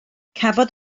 cafodd